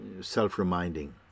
self-reminding